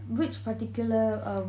which particular um